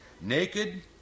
Naked